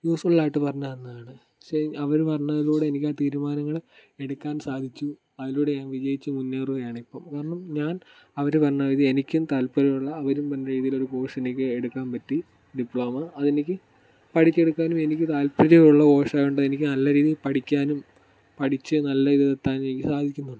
യൂസ്ഫുള്ളായിട്ട് പറഞ്ഞു തന്നതാണ് പക്ഷേ അവർ പറഞ്ഞതിലൂടെ എനിക്കാ തീരുമാനങ്ങൾ എടുക്കാൻ സാധിച്ചു അതിലൂടെ ഞാൻ വിജയിച്ച് മുന്നേറുകയാണ് ഇപ്പം കാരണം ഞാൻ അവർ പറഞ്ഞ രീതിക്ക് എനിക്കും താല്പര്യമുള്ള അവരും പറഞ്ഞ രീതിയിലുള്ള കോഴ്സ് എനിക്ക് എടുക്കാൻ പറ്റി ഡിപ്ലോമ അത് എനിക്ക് പഠിച്ച് എടുക്കാനും എനിക്ക് താല്പര്യമുള്ള കോഴ്സായത് കൊണ്ട് എനിക്ക് നല്ല രീതിയിൽ പഠിക്കാനും പഠിച്ച് നല്ല ഇത് എത്താനും എനിക്ക് സാധിക്കുന്നുണ്ട്